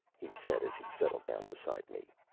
he said as he settled down beside me.